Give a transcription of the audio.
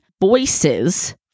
voices